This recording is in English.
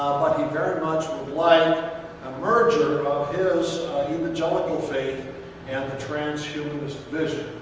he very much would like a merger of his evangelical faith and the transhumanist vision.